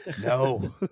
No